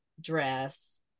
dress